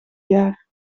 jaar